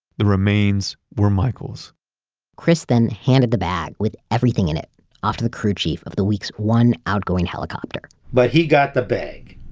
the remains were michael's chris then handed the bag with everything in it off to the crew chief of the week's one outgoing helicopter but he got the bag.